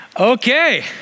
Okay